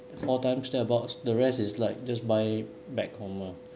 four times about the rest is like just buy back one lah